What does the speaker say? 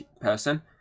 person